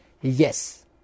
Yes